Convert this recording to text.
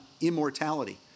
immortality